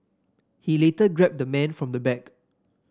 he later grabbed the man from the back